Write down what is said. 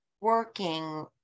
working